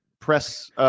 press